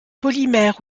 polymères